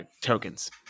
tokens